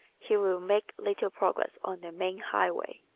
he will make little progress on the main highway.